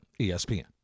ESPN